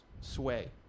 sway